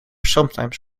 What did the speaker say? sometimes